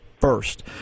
first